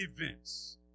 events